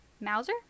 Mauser